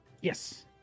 Yes